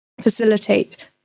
facilitate